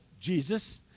Jesus